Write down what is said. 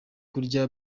kurya